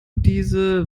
diese